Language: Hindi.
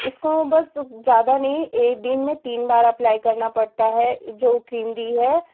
इसको बस ज़्यादा नहीं ए दिन में तीन बार अप्लाइ करना पड़ता है जो क्रीम दी है